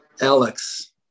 Alex